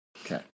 Okay